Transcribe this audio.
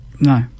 No